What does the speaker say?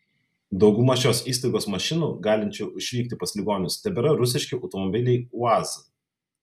dauguma šios įstaigos mašinų galinčių išvykti pas ligonius tebėra rusiški automobiliai uaz